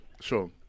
Sure